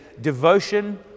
devotion